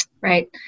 Right